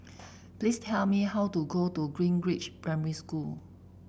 please tell me how to go to Greenridge Primary School